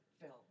film